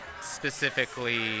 specifically